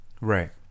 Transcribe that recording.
Right